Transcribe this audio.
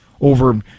over